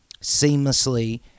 seamlessly